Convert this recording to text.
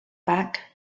back